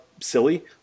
silly